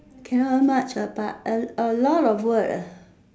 cannot earn much ah but a a lot of work ah